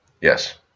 Yes